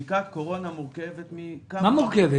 בדיקת קורונה מורכבת מכמה דברים.